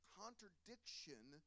contradiction